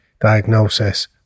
diagnosis